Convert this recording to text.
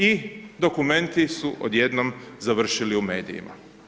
I dokumenti su odjednom završili u medijima.